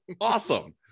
awesome